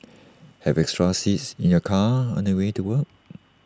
have extra seats in your car on the way to work